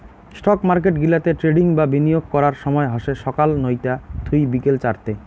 stock market গিলাতে trading বা বিনিয়োগ করার সময় হসে সকাল নয়তা থুই বিকেল চারতে